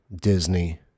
Disney